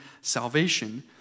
salvation